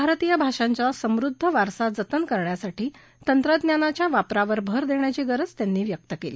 भारतीय भाषांच्या समृद्ध वारसा जतन करण्यासाठी तंत्रज्ञानाच्या वापरावर भर देण्याची गरज त्यांनी व्यक्त केली